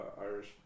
Irish